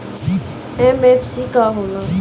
MFC का होला?